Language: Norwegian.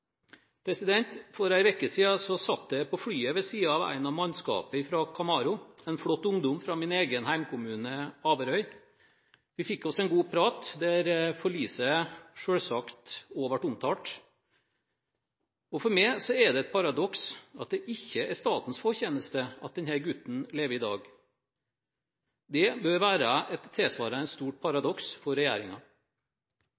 For en uke siden satt jeg på flyet ved siden av en av mannskapet fra Kamaro, en flott ungdom fra min egen hjemkommune, Averøy. Vi fikk oss en god prat, der forliset selvsagt også ble omtalt. For meg er det et paradoks at det ikke er statens fortjeneste at denne gutten lever i dag. Det bør være et tilsvarende stort